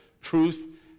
truth